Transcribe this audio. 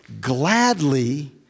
gladly